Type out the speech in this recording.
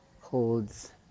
holds